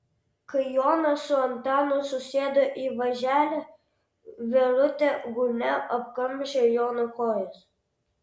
kai jonas su antanu susėdo į važelį verutė gūnia apkamšė jono kojas